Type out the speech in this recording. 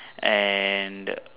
and